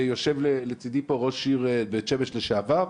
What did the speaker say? ויושב לצידי ראש העיר בית שמש לשעבר.